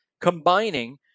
combining